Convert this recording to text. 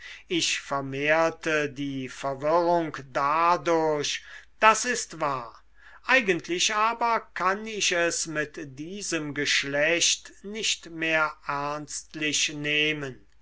ich vermehrte die verwirrung dadurch das ist wahr eigentlich aber kann ich es mit diesem geschlecht nicht mehr ernstlich nehmen